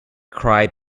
cry